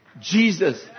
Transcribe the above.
Jesus